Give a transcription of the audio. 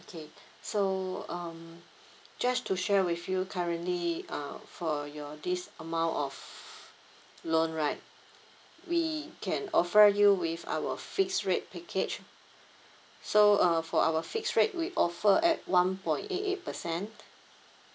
okay so um just to share with you currently uh for your this amount of loan right we can offer you with our fixed rate package so uh for our fixed rate we offer at one point eight eight percent